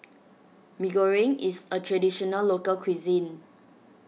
Mee Goreng is a Traditional Local Cuisine